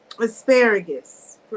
asparagus